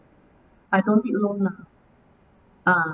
I don't need loan lah ah